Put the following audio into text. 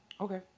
Okay